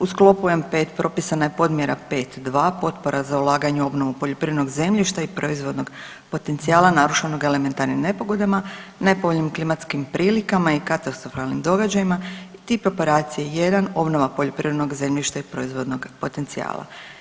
U sklopu N5 propisana je podmjera 5.2. potpora za ulaganje i obnovu poljoprivrednog zemljišta i proizvodnog potencijala narušenog elementarnim nepogodama, nepovoljnim klimatskim prilikama i katastrofalnim događajima tip operacije 1 obnova poljoprivrednog zemljišta i proizvodnog potencijala.